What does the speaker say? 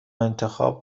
انتخاب